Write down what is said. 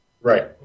right